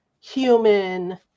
human